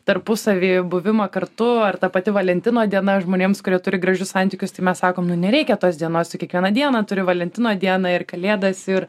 tarpusavy buvimą kartu ar ta pati valentino diena žmonėms kurie turi gražius santykius tai mes sakom nu nereikia tos dienos tu kiekvieną dieną turi valentino dieną ir kalėdas ir